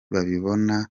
babibona